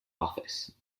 office